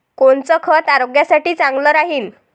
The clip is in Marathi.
कोनचं खत आरोग्यासाठी चांगलं राहीन?